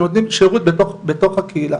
הן נותנות שירות בתוך הקהילה.